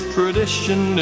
Tradition